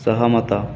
ସହମତ